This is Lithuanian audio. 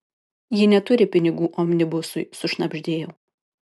ji neturi pinigų omnibusui sušnabždėjau